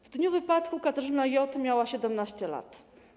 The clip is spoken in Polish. W dniu wypadku Katarzyna J. miała 17 lat.